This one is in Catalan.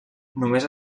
només